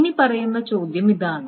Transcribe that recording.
ഇനിപ്പറയുന്ന ചോദ്യം ഇതാണ്